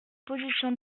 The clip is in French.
positions